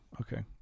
Okay